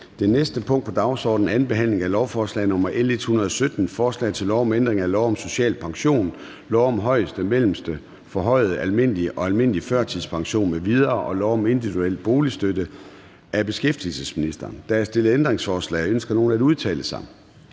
Det næste punkt på dagsordenen er: 28) 2. behandling af lovforslag nr. L 117: Forslag til lov om ændring af lov om social pension, lov om højeste, mellemste, forhøjet almindelig og almindelig førtidspension m.v. og lov om individuel boligstøtte. (Afskaffelse af indtægtsregulering som følge af pensionistens egen